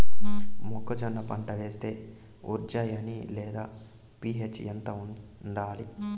మొక్కజొన్న పంట వేస్తే ఉజ్జయని లేదా పి.హెచ్ ఎంత ఉండాలి?